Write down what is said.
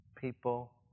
people